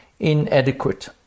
inadequate